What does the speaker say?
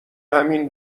همین